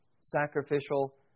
sacrificial